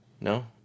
no